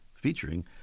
featuring